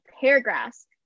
paragraphs